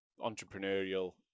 entrepreneurial